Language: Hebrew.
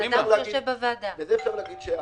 וזה אפשר להגיד,